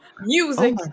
music